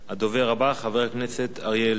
הדובר הבא, חבר הכנסת אריה אלדד.